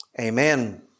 Amen